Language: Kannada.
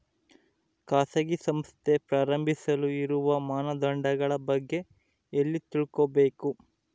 ಖಾಸಗಿ ಸಂಸ್ಥೆ ಪ್ರಾರಂಭಿಸಲು ಇರುವ ಮಾನದಂಡಗಳ ಬಗ್ಗೆ ಎಲ್ಲಿ ತಿಳ್ಕೊಬೇಕು?